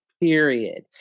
period